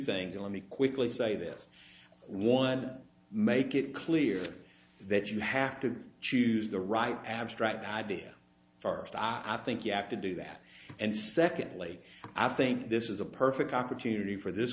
me quickly say this one make it clear that you have to choose the right abstract idea first i think you have to do that and secondly i think this is a perfect opportunity for this